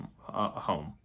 home